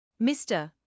Mr